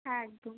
হ্যাঁ একদম